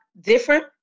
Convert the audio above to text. different